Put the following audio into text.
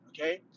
Okay